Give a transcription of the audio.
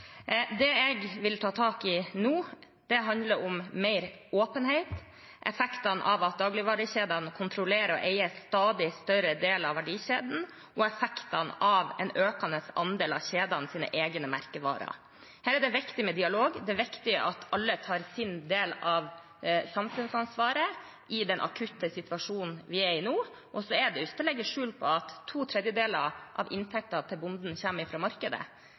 Det jeg vil ta tak i nå, handler om mer åpenhet, effektene av at dagligvarekjedene kontrollerer og eier en stadig større deler av verdikjeden, og effektene av en økende andel av kjedenes egne merkevarer. Her er det viktig med dialog. Det er viktig at alle tar sin del av samfunnsansvaret i den akutte situasjonen vi er i nå. Og så er det ikke til å legge skjul på at to tredjedeler av inntekten til bonden kommer fra markedet,